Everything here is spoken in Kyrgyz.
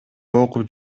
окуп